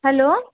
hello